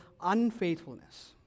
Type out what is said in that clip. unfaithfulness